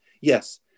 yes